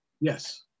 Yes